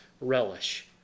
relish